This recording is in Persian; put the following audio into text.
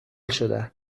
شدم